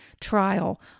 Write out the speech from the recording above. trial